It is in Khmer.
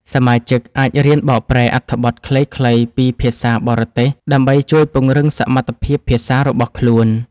សមាជិកអាចរៀនបកប្រែអត្ថបទខ្លីៗពីភាសាបរទេស ដើម្បីជួយពង្រឹងសមត្ថភាពភាសារបស់ខ្លួន។